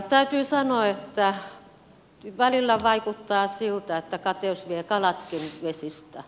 täytyy sanoa että välillä vaikuttaa siltä että kateus vie kalatkin vesistä